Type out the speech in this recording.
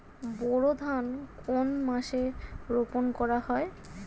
বোরো ধান কোন মাসে রোপণ করা হয়?